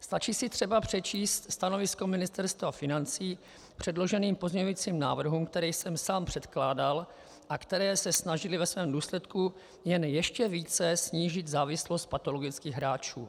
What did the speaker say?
Stačí si třeba přečíst stanovisko Ministerstva financí k předloženým pozměňovacím návrhům, které jsem sám předkládal a které se snažily ve svém důsledku jen ještě více snížit závislost patologických hráčů.